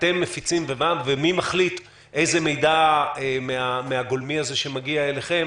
אתם מפיצים ומי מחליט איזה מידע מהגולמי הזה שמגיע אליכם,